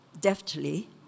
deftly